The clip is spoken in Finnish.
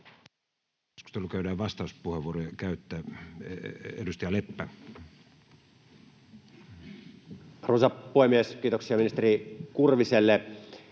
Kiitos,